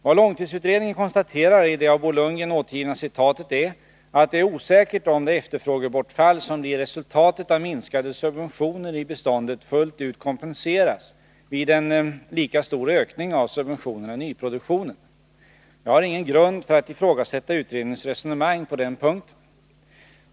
Vad långtidsutredningen konstaterar i det av Bo Lundgren återgivna citatet är att det är osäkert om det efterfrågebortfall som blir resultatet av minskade subventioner i beståndet fullt ut kompenseras vid en lika stor ökning av subventionerna i nyproduktionen. Jag har ingen grund för att ifrågasätta utredningens resonemang på den punkten.